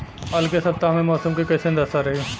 अलगे सपतआह में मौसम के कइसन दशा रही?